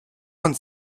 vingt